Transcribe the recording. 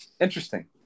interesting